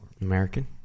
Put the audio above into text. American